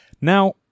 Now